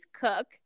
cook